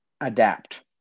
Adapt